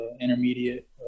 intermediate